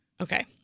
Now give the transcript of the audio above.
Okay